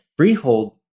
Freehold